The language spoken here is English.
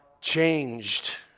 changed